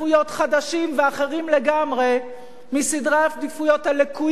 חדשים ואחרים לגמרי מסדרי העדיפויות הלקויים,